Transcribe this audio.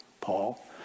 Paul